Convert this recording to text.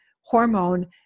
hormone